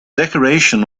decoration